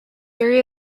area